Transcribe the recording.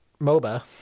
moba